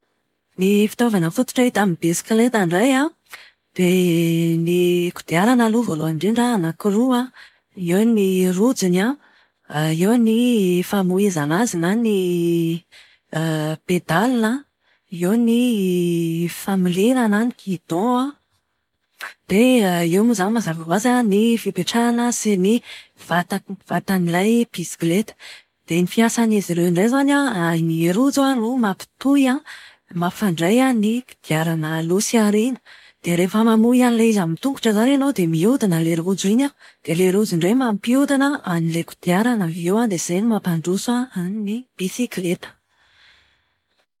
Ny fitaovana fototra hita amin'ny bisikileta indray an, dia ny kodiarana aloha voalohany indrindra anaky roa an, eo ny rojony an, eo ny famoizana azy na ny pedales. Eo ny familiana na ny guidon an. Dia eo moa zany mazava ho azy ny fipetrahana sy ny vatan'ilay bisikileta. Dia ny fiasan'izy ireo indray izany an, ny rojo no mampitohy an mampifandray an ny kodiarana aloha sy aoriana. Dia rehefa mamoy an'ilay izy amin'ny tongotra izany ianao dia miodina ilayr rojo iny. Ilay rojo indray no mampiodina an'ilay kodiarana avy eo an, dia izay no mampandroso an an'ilay bisikileta.